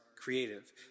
creative